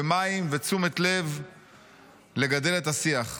מים ותשומת לב לגדל את השיח.